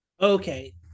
Okay